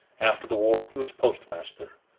after the war he was postmaster.